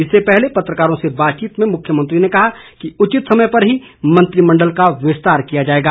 इससे पहले पत्रकारों से बातचीत में मुख्यमंत्री ने कहा कि उचित समय पर ही मंत्रिमंडल का विस्तार किया जाएगा